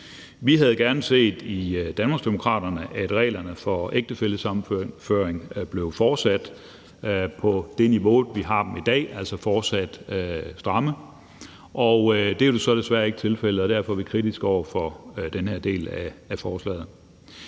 Vi havde gerne set i Danmarksdemokraterne, at reglerne for ægtefællesammenføring blev fortsat på det niveau, vi har i dag, altså fortsat stramme. Og det er jo så desværre ikke tilfældet, og derfor er vi kritiske over for den her del af forslaget.